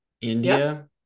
India